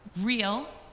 real